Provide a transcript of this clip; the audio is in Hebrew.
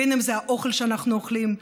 בין שזה האוכל שאנחנו אוכלים.